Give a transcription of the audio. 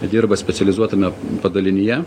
dirba specializuotame padalinyje